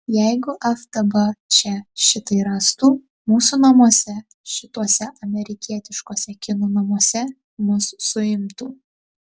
jeigu ftb čia šitai rastų mūsų namuose šituose amerikietiškuose kinų namuose mus suimtų